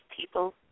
people